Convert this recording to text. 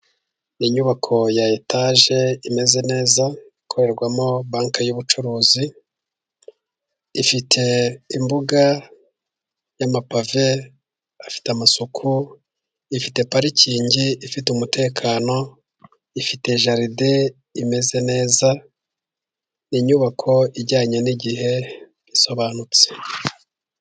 Inyubako ya etaje imeze neza, ikorerwamo banki y'ubucuruzi. ifite imbuga y'amapave, afite amasuku, ifite parikingi ifite umutekano ifite jaride imeze neza, inyubako ijyanye n'igihe isobanutse.